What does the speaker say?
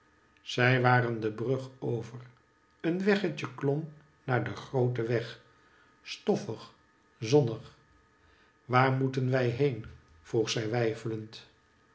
zij waren de brug over een weggetje klom naar den grooten weg storhg zonnig waar moeten wij heen vroeg zij weifelend